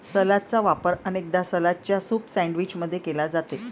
सलादचा वापर अनेकदा सलादच्या सूप सैंडविच मध्ये केला जाते